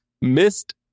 missed